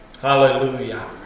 Hallelujah